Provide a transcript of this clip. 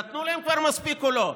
כבר נתנו להם מספיק או לא?